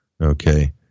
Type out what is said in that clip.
Okay